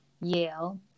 yale